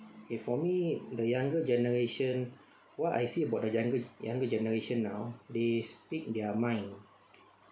okay for me the younger generation what I see about the younger younger generation now they speak their mind